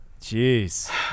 Jeez